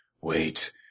Wait